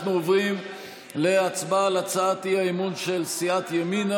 אנחנו עוברים להצבעה על הצעת האי-אמון של סיעת ימינה,